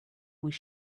was